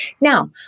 Now